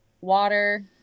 water